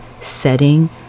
setting